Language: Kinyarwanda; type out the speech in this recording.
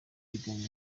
ibiganiro